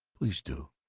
please do.